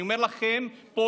אני אומר לכם פה,